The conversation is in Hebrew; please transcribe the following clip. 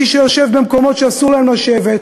מי שיושב במקומות שאסור לו לשבת,